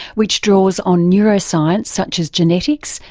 which draws on neuroscience such as genetics,